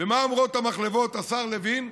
מה אומרות המחלבות, השר לוין?